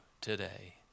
today